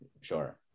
sure